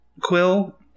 Quill